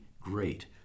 great